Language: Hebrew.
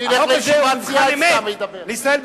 החוק הזה הוא מבחן אמת לישראל ביתנו,